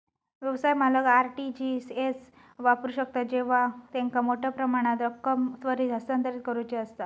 व्यवसाय मालक RTGS वापरू शकतत जेव्हा त्यांका मोठ्यो प्रमाणात रक्कम त्वरित हस्तांतरित करुची असता